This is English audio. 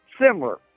similar